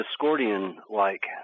Discordian-like